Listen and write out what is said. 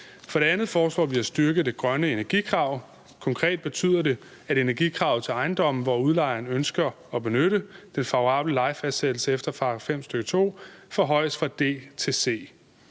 For det andet foreslår vi at styrke det grønne energikrav. Det betyder konkret, at energikravet til ejendommen, hvor udlejeren ønsker at benytte den favorable lejefastsættelse efter § 5, stk. 2, forhøjes fra D til C.